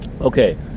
Okay